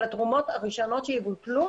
אבל התרומות הראשונות שיבוטלו